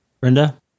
Brenda